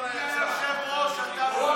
אותה מהקדוש ברוך הוא.